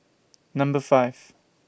Number five